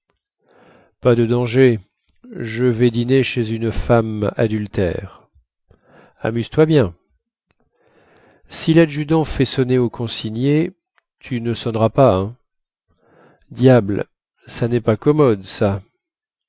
pas de danger je vais dîner chez une femme adultère amuse-toi bien si ladjudant fait sonner aux consignés tu ne sonneras pas hein diable ça nest pas commode ça